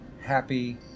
happy